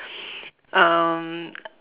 um